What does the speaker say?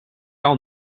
all